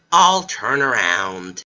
i'll turn around.